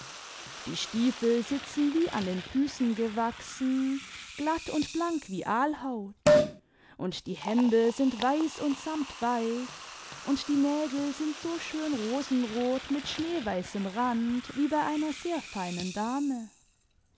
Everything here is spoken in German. die stiefel sitzen wie an den füßen gewachsen glatt und blank wie aalhaut und die hände sind weiß und samtweich und die nägel sind so schön rosenrot mit schneeweißem rand wie bei einer sehr feinen dame